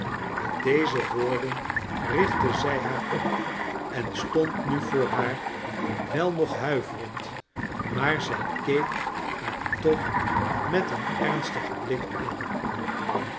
met deze woorden richtte zij haar op en stond nu voor haar wel nog huiverend maar zij keek haar toch met een ernstigen blik aanu